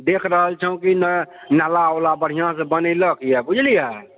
देख रहल छौ की नाला वाला बढिऑंसँ बनेलकया बुझलियै